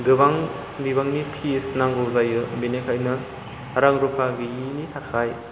गोबां बिबांनि फिस नांगौ जायो बिनिखायनो रां रुफा गैयैनि थाखाय